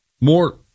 More